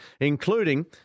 including